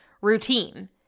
routine